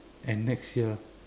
and next year